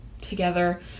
together